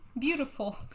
Beautiful